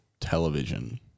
television